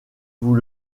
vous